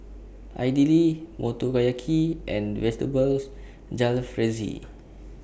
Idili Motoyaki and Vegetables Jalfrezi